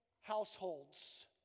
households